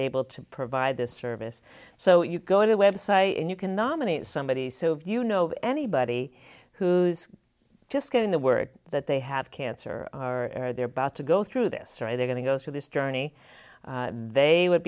able to provide this service so you go to the website and you can nominate somebody so you know anybody who's just getting the word that they have cancer are there about to go through this or are they going to go through this journey they would